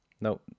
No